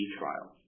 trial